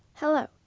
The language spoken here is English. Hello